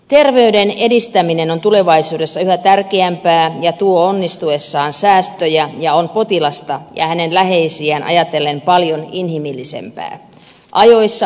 terveyden edistäminen on tulevaisuudessa yhä tärkeämpää tuo onnistuessaan säästöjä ja on potilasta ja hänen läheisiään ajatellen paljon in himillisempää